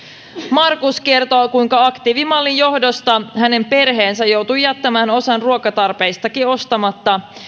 markus kertoo kuinka aktiivimallin johdosta hänen perheensä joutui jättämään osan ruokatarpeistakin ostamatta